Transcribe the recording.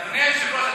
אדוני היושב-ראש,